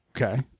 Okay